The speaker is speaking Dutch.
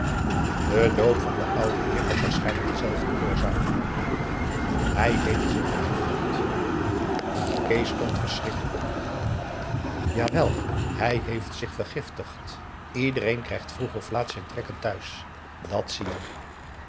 de dood van den ouden heer had waarschijnlijk dezelfde oorzaak hij heeft zich vergiftigd kees stond verschrikt op jawel hij heeft zich vergiftigd iedereen krijgt vroeg of laat zijn trekken thuis dat zie je